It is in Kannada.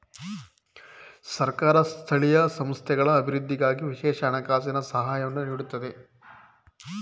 ಸರ್ಕಾರ ಸ್ಥಳೀಯ ಸಂಸ್ಥೆಗಳ ಅಭಿವೃದ್ಧಿಗಾಗಿ ವಿಶೇಷ ಹಣಕಾಸಿನ ಸಹಾಯವನ್ನು ನೀಡುತ್ತದೆ